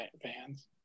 Vans